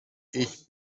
ich